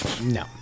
No